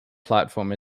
platform